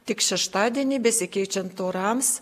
tik šeštadienį besikeičiant orams